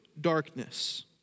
darkness